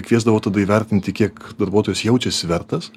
kviesdavo tada įvertinti kiek darbuotojas jaučiasi vertas